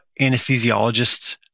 anesthesiologists